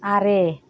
ᱟᱨᱮ